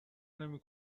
نمی